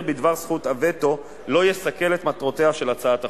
בדבר זכות הווטו לא יסכל את מטרותיה של הצעת החוק.